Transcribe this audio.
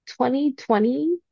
2020